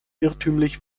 irrtümlich